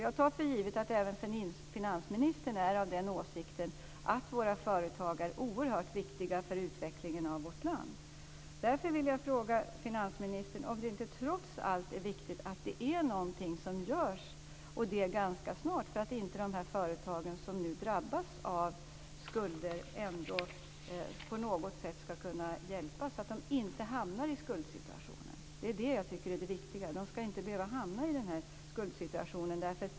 Jag tar för givet att även finansministern har den åsikten att våra företagare är oerhört viktiga för utvecklingen av vårt land. Därför vill jag fråga finansministern om det inte trots allt är viktigt att det är någonting som görs - och det ganska snart - för att de företag som nu drabbas av skulder på något sätt skall kunna hjälpas, så att de inte hamnar i en skuldsituation. Det viktiga är att de inte skall behöva hamna i den här skuldsituationen.